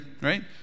right